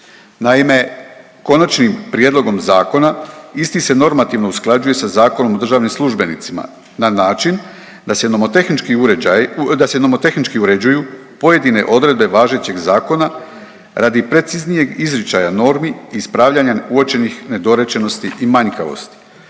Naime, konačnim prijedlogom zakona isti se normativno usklađuje sa Zakonom o državnim službenicima na način da se nomotehnički uređaji, da se nomotehnički uređuju pojedine odredbe važećeg zakona radi preciznijeg izričaja normi i ispravljanja uočenih nedorečenosti i manjkavosti.